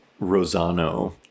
Rosano